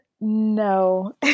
No